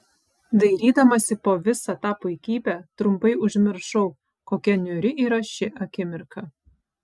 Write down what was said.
dairydamasi po visą tą puikybę trumpai užmiršau kokia niūri yra ši akimirka